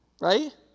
Right